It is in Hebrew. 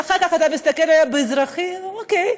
ואחר כך אתה מסתכל עליו באזרחי, אתה אומר: אוקיי.